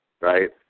right